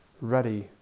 ready